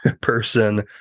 person